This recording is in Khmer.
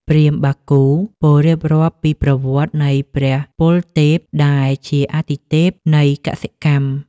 ព្រាហ្មណ៍បាគូពោលរៀបរាប់ពីប្រវត្តិនៃព្រះពលទេព ដែលជាអាទិទេពនៃកសិកម្ម។